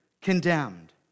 condemned